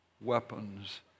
weapons